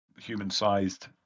human-sized